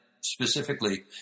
specifically